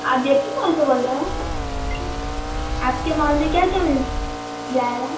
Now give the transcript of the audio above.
आप J P mall से बोल रहे हो आपके मॉल में क्या क्या मिल जाएगा